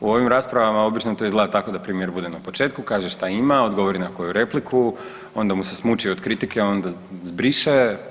U ovim raspravama obično to izgleda tako da premijer bude na početku, kaže šta ima, odgovori na koju repliku, onda mu se smuči od kritike, onda zbriše.